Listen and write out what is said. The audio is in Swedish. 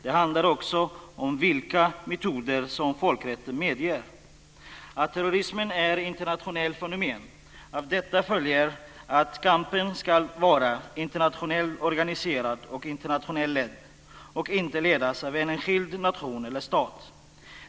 Det handlar också om vilka metoder som folkrätten medger. Terrorismen är ett internationellt fenomen. Av detta följer att kampen ska vara internationellt organiserad och internationellt ledd och inte ledas av en enskild nation eller stat.